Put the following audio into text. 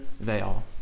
veil